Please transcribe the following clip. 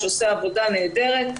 שעושה עבודה נהדרת,